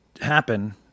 happen